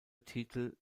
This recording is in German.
titel